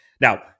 Now